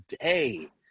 day